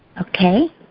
Okay